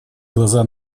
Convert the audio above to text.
глаза